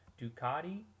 Ducati